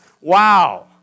Wow